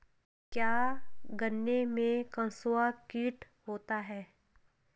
क्या गन्नों में कंसुआ कीट होता है?